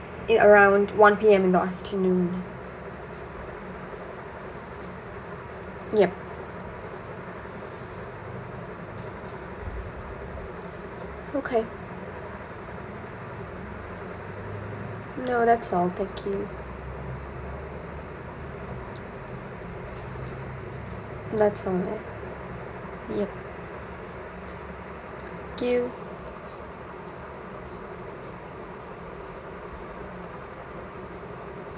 at around one P_M in the afternoon ya okay no that's all thank you that's all ya thank you